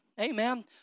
Amen